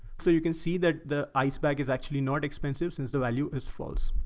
so you can see that the ice bag is actually not expensive since the value is false.